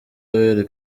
yoweli